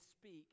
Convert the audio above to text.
speak